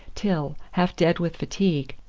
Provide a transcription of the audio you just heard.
till, half dead with fatigue,